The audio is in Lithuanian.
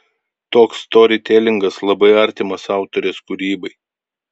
toks storytelingas labai artimas autorės kūrybai